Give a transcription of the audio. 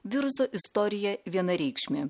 viruso istorija vienareikšmė